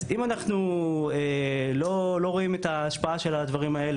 אז אם אנחנו לא רואים את ההשפעה של הדברים האלה,